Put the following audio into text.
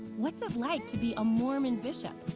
what's it like to be a mormon bishop?